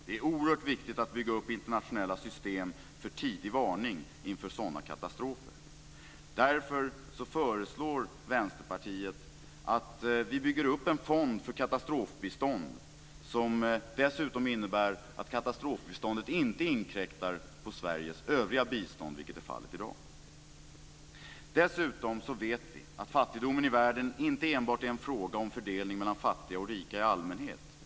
Det är oerhört viktigt att bygga upp internationella system för tidig varning inför sådana katastrofer. Därför föreslår Vänsterpartiet att vi bygger upp en fond för katastrofbistånd som dessutom innebär att katastrofbiståndet inte inkräktar på Sveriges övriga bistånd, vilket är fallet i dag. Dessutom vet vi att fattigdomen i världen inte enbart är en fråga om fördelning mellan fattiga och rika i allmänhet.